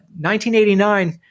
1989